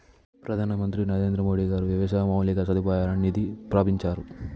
ప్రధాన మంత్రి నరేంద్రమోడీ గారు వ్యవసాయ మౌలిక సదుపాయాల నిధి ప్రాభించారు